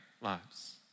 lives